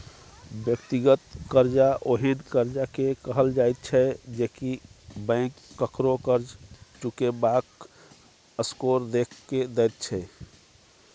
व्यक्तिगत कर्जा ओहेन कर्जा के कहल जाइत छै जे की बैंक ककरो कर्ज चुकेबाक स्कोर देख के दैत छै